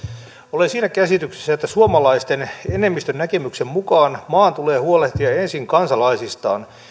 olen siinä käsityksessä että suomalaisten enemmistön näkemyksen mukaan maan tulee huolehtia ensin kansalaisistaan